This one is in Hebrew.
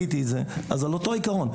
אז על אותו עיקרון.